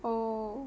oh